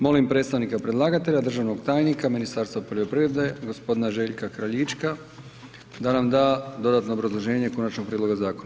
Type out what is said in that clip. Molim predstavnika predlagatelja državnog tajnika Ministarstva poljoprivrede, gospodina Željka Kraljička da nam da dodatno obrazloženje konačnog prijedloga zakona.